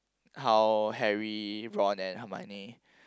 how Harry Ron and Hermione